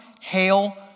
hail